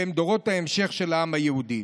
שהם דורות ההמשך של העם היהודי.